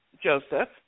Joseph